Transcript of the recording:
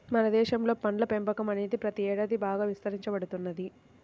మన దేశంలో పండ్ల పెంపకం అనేది ప్రతి ఏడాది బాగా విస్తరించబడుతున్నది